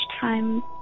time